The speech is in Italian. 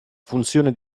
funzione